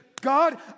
God